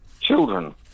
children